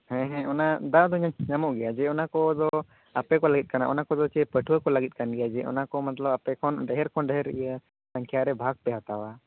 ᱦᱮᱸ ᱦᱮᱸ ᱚᱱᱟ ᱫᱟᱣ ᱫᱚ ᱧᱟᱢᱚᱜ ᱜᱮᱭᱟ ᱡᱮ ᱚᱱᱟ ᱠᱚᱫᱚ ᱟᱯᱮ ᱠᱚ ᱞᱟᱹᱜᱤᱫ ᱠᱟᱱᱟ ᱚᱱᱟ ᱠᱚᱫᱚ ᱥᱮ ᱯᱟᱹᱴᱷᱩᱭᱟᱹ ᱠᱚ ᱞᱟᱹᱜᱤᱫ ᱠᱟᱱ ᱜᱮᱭᱟ ᱡᱮ ᱚᱱᱟᱠᱚ ᱢᱚᱛᱞᱚᱵ ᱟᱯᱮ ᱠᱷᱚᱱ ᱰᱷᱮᱨ ᱠᱷᱚᱱ ᱰᱷᱮᱨ ᱤᱭᱟᱹ ᱥᱚᱝᱠᱷᱟ ᱨᱮ ᱵᱷᱟᱜ ᱯᱮ ᱦᱟᱛᱟᱣᱟ